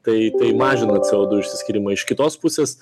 tai tai mažina c o du išsiskyrimą iš kitos pusės